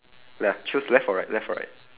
left choose left or right left or right